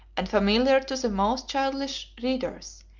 and familiar to the most childish readers,